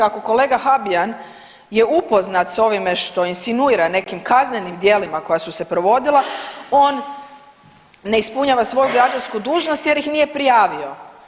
Ako kolega Habijan je upoznat sa ovime što insinuira nekim kaznenim djelima koja su se provodila on ne ispunjava svoju građansku dužnost jer i nije prijavio.